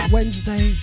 Wednesday